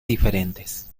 diferentes